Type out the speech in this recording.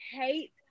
hate